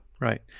right